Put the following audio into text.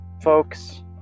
folks